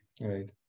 right